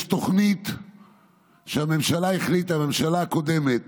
יש תוכנית שהממשלה החליטה, הממשלה הקודמת